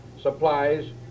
supplies